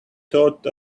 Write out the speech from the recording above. thought